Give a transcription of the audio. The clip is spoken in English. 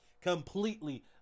completely